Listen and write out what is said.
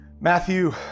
Matthew